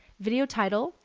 video title,